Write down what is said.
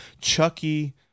chucky